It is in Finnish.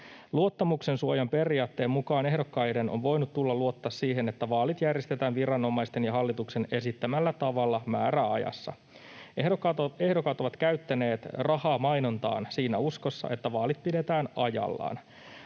Luottamuksen suojan periaatteen mukaan ehdokkaiden on tullut voida luottaa siihen, että vaalit järjestetään viranomaisten ja hallituksen esittämällä tavalla määräajassa. Ehdokkaat ovat käyttäneet rahaa mainontaan siinä uskossa, että vaalit pidetään ajallaan.